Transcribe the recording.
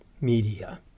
media